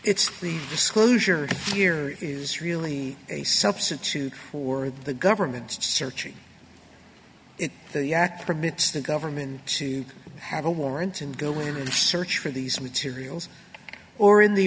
disclosure here is really a substitute for the government searching the act permits the government to have a warrant and go in and search for these materials or in the